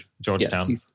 Georgetown